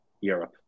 Europe